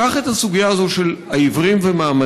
קח את הסוגיה הזאת של העיוורים ומעמדם,